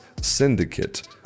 Syndicate